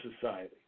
society